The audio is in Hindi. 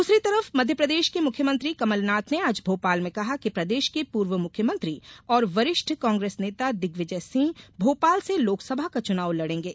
दूसरी तरफ मध्यप्रदेश के मुख्यमंत्री कमलनाथ ने आज भोपाल में कहा कि प्रदेश के पूर्व मुख्यमंत्री और वरिष्ठ कांग्रेस नेता दिग्विजय सिंह भोपाल से लोकसभा का चुनाव लड़ेंगें